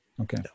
Okay